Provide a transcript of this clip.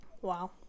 wow